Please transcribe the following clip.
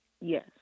Yes